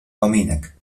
kominek